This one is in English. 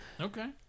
Okay